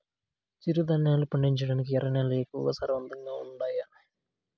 చిరుధాన్యాలు పండించటానికి ఎర్ర నేలలు ఎక్కువగా సారవంతంగా ఉండాయా